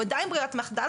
הוא עדיין ברירת המחדל.